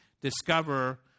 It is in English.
discover